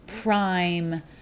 prime